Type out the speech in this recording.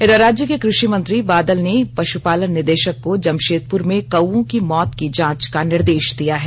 इधर राज्य के कृषि मंत्री बादल ने पशुपालन निदेशक को जमशेदपुर में कौओं की मौत की जांच का निर्देश दिया है